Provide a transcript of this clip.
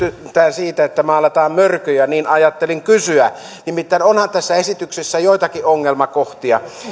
siitä että maalataan mörköjä niin ajattelin kysyä nimittäin onhan tässä esityksessä joitakin ongelmakohtia